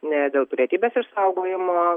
ne dėl pilietybės išsaugojimo